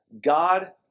God